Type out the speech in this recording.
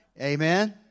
Amen